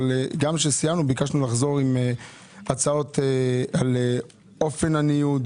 אבל כשסיימנו ביקשנו לחזור על הצעות על אופן הניוד,